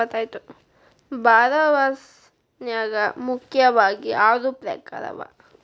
ಭಾರೊವರ್ಸ್ ನ್ಯಾಗ ಮುಖ್ಯಾವಗಿ ಆರು ಪ್ರಕಾರವ